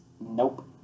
Nope